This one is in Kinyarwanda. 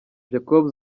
jacob